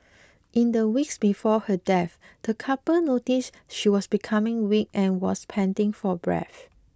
in the weeks before her death the couple noticed she was becoming weak and was panting for breath